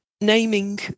naming